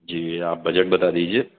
جی آپ بجٹ بتا دیجیے